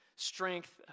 strength